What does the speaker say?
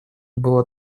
было